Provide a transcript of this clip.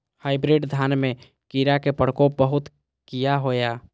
Hybrid धान में कीरा के प्रकोप बहुत किया होया?